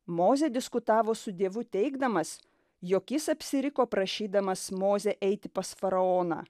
mozė diskutavo su dievu teigdamas jog jis apsiriko prašydamas mozę eiti pas faraoną